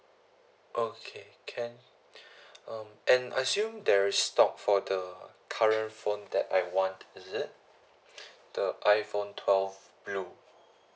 okay can um and I assume there's stock for the uh current phone that I want is it the iphone twelve blue